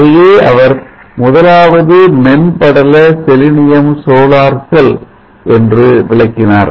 இதையே அவர் முதலாவது மென் படல செலினியம் சோலார் செல் என்று விளக்கினார்